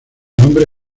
nombre